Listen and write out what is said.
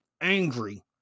angry